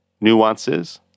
nuances